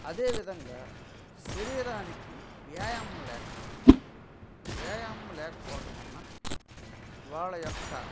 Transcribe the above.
అదేవిధంగా శరీరానికి వ్యాయామం లేకపోవటం వ్యాయామం లేకపోవటం వలన వాళ్ళ యొక్క